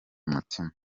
umutima